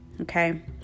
Okay